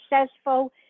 successful